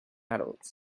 adults